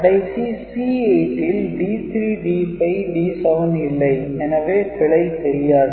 கடைசி C8 ல் D3 D5 D7 இல்லை எனவே பிழை தெரியாது